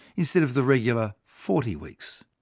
instead of the regular forty weeks.